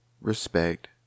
respect